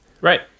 Right